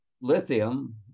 lithium